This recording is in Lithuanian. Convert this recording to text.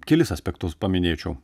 kelis aspektus paminėčiau